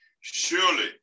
Surely